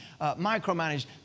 micromanage